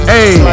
Hey